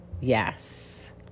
yes